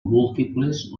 múltiples